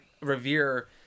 revere